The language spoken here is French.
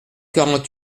quarante